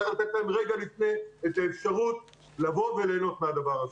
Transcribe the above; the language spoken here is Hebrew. צריך לתת להם רגע לפני את האפשרות לבוא וליהנות מהדבר הזה.